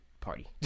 party